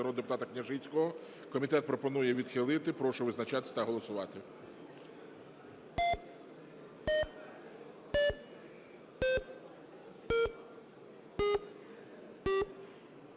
народного депутата Княжицького. Комітет пропонує відхилити. Прошу визначатись та голосувати.